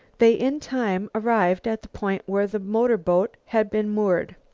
they in time arrived at the point where the motorboat had been moored.